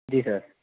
जी sir